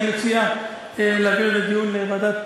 אני מציע להעביר את הנושא לדיון בוועדת